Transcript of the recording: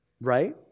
right